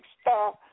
star